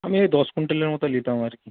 আমি এই দশ কুইন্টালের মতো নিতাম আর কি